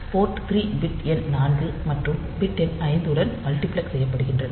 board 3 bit எண் 4 மற்றும் bit எண் 5 உடன் மல்டிபிளக்ஸ் செய்யப்படுகின்றன